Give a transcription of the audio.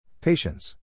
Patience